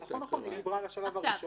זה עובר גם ככה להחלטה של רשם,